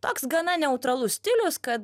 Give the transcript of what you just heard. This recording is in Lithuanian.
toks gana neutralus stilius kad